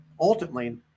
ultimately